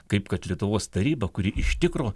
kaip kad lietuvos taryba kuri iš tikro